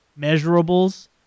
measurables